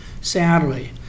Sadly